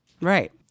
Right